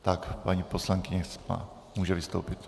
Tak, paní poslankyně může vystoupit.